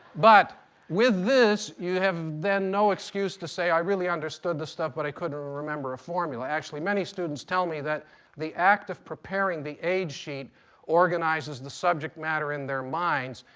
but with this, you have then no excuse to say i really understood this stuff, but i couldn't remember a formula. actually, many students tell me that the act of preparing the aid sheet organizes the subject matter in their minds.